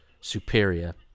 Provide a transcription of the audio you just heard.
superior